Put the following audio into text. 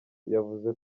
yavuze